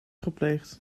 gepleegd